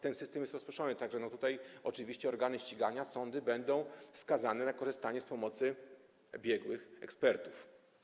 Ten system jest rozproszony, tak że tutaj oczywiście organy ścigania, sądy będą skazane na korzystanie z pomocy biegłych, ekspertów.